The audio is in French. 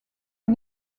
est